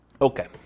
Okay